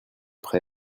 près